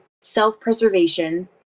self-preservation